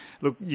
Look